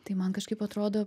tai man kažkaip atrodo